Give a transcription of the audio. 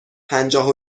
پنجاه